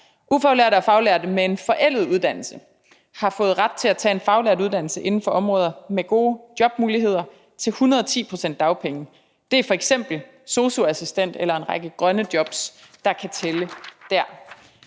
Ufaglærte og faglærte med en forældet uddannelse har fået ret til at tage en faglært uddannelse inden for områder med gode jobmuligheder til 110 pct. dagpenge. Det er f.eks. sosu-assistenter eller en række grønne jobs, der kan tælle der.